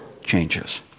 changes